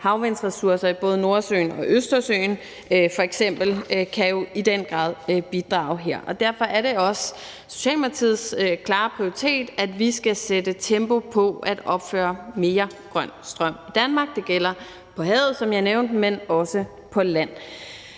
Havvindressourcer i både Nordsøen og Østersøen kan jo f.eks. i den grad bidrage her, og derfor er det også Socialdemokratiets klare prioritet, at vi skal sætte tempo på at opføre mere grøn strøm i Danmark. Det gælder på havet, som jeg nævnte, men også på land.